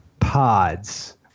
pods